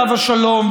עליו השלום,